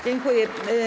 Dziękuję.